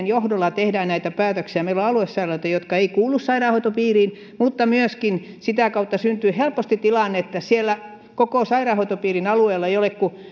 johdolla tehdään näitä päätöksiä meillä on aluesairaaloita jotka eivät kuulu sairaanhoitopiiriin mutta myöskin sitä kautta syntyy helposti tilanne että koko sairaanhoitopiirin alueella ei ole kuin